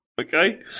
Okay